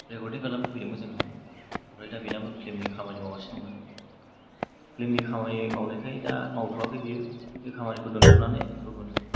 रेकरदिं खालामनो फैदोंमोन जोङो ओमफ्राय दा बेनाबो फ्लिमनि खामानि मावगासिनो दंनो फ्लिमनि खामानि मावनायखाय दा मावथ'याखै बियो बे खामानिखौ दोनथ'नानै गुबुन